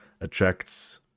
attracts